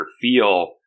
feel